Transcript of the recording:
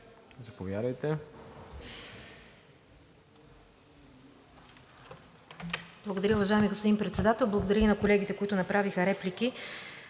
заповядайте.